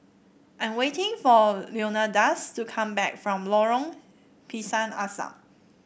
I am waiting for Leonidas to come back from Lorong Pisang Asam